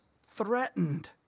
threatened